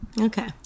Okay